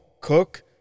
cook